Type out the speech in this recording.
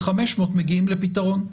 ב-500 מגיעים לפתרון.